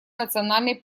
национальной